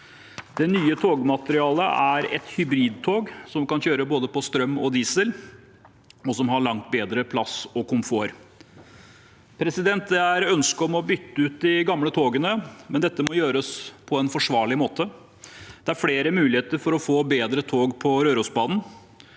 Det nye togmateriellet er et hybridtog som kan kjøre både på strøm og diesel, og som har langt bedre plass og komfort. Det er ønske om å bytte ut de gamle togene, men dette må gjøres på en forsvarlig måte. Det er flere muligheter for å få bedre tog på Rørosbanen.